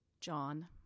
John